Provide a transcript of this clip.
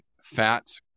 fats